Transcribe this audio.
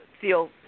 feel